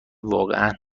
واقعا